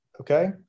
okay